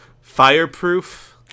Fireproof